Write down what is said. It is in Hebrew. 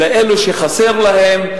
לאלה שחסר להם,